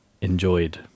enjoyed